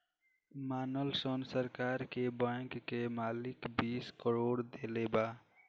मानल सन सरकार के बैंक के मालिक बीस करोड़ देले बा